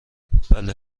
بله